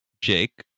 Jake